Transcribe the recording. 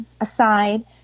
aside